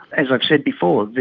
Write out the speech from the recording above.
as i've said before,